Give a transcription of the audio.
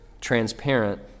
transparent